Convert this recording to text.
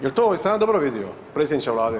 Jel to, jesam ja dobro vidio predsjedniče Vlade?